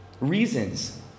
reasons